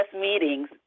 meetings